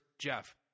jeff